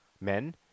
men